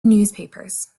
newspapers